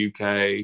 uk